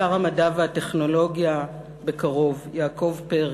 שר המדע והטכנולוגיה בקרוב, יעקב פרי,